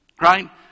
right